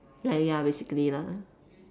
ya ya basically lah